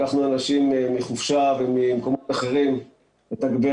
לקחנו אנשים מחופשה וממקומות אחרים לתגבר